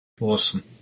Awesome